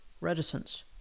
reticence